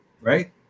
right